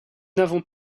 n’avons